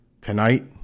Tonight